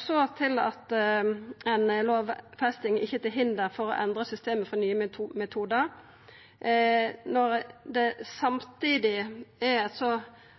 Så til det med at ei lovfesting ikkje er til hinder for å endra systemet for nye metodar: Når det samtidig er eit så